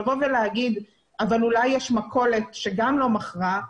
לבוא ולהגיד, אבל אולי יש מכולת שגם לא מכרה,